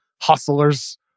hustlers